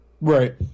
right